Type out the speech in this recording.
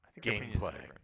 gameplay